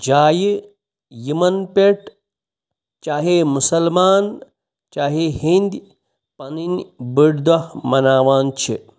جایہِ یِمَن پٮ۪ٹھ چاہے مُسلمان چاہے ہِنٛدۍ پَنٕنۍ بٔڑۍ دۄہ مَناوان چھِ